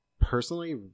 personally